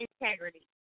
Integrity